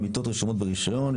מיטות רשומות ברישיון,